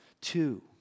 Two